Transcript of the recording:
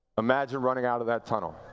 imagine running out of that tunnel.